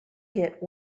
hit